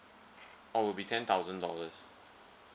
oh would be ten thousand dollars